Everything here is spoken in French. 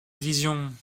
vision